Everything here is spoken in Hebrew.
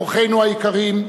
אורחינו היקרים,